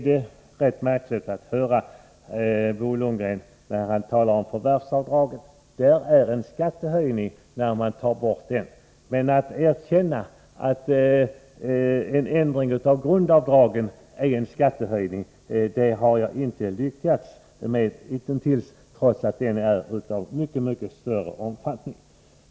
Det är rätt märkligt att höra Bo Lundgren när han talar om förvärvsavdraget. Det innebär en skattehöjning när man tar bort detta. Ett erkännande av att en ändring av grundavdragen innebär en skattehöjning har jag emellertid hitintills inte lyckats få fram, trots att den är av mycket större omfattning.